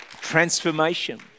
Transformation